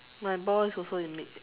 my ball is also in mid air